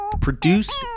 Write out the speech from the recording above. Produced